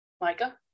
Micah